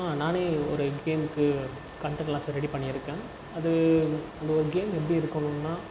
நான் ஒரு கேம்முக்கு கன்டென்ட்ஸ்லாம் ரெடி பண்ணிருக்கேன் அது இந்த ஒரு கேம் எப்படி இருக்கணுனா